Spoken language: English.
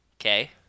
Okay